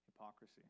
hypocrisy